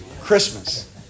Christmas